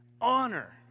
Honor